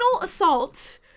assault